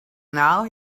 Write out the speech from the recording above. now